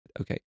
Okay